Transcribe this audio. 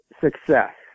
success